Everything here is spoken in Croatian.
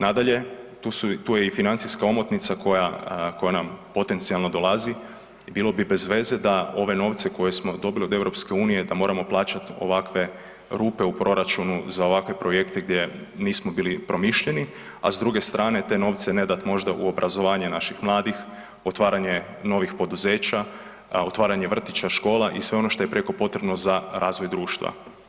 Nadalje, tu su, tu je i financijska omotnica koja, koja nam potencijalno dolazi i bilo bi bez veze da ove novce koje smo dobili od EU-a da moramo plaćat ovakve rupe u proračunu za ovakve projekte gdje nismo bili promišljeni, a s druge strane te novce ne dat možda u obrazovanje naših mladih, otvaranje novih poduzeća, otvaranje vrtića, škola i sve ono što je prijeko potrebno za razvoj društva.